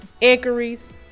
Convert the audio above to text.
inquiries